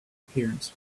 appearance